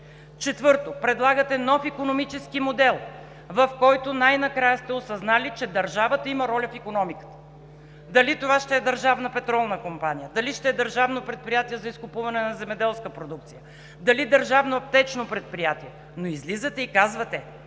Четвърто, предлагате нов икономически модел, в който най-накрая сте осъзнали, че държавата има роля в икономиката. Дали това ще е държавна петролна компания, дали ще е държавно предприятие за изкупуване на земеделска продукция, дали държавно аптечно предприятие, но излизате и казвате: